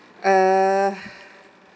uh